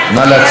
מי בעד?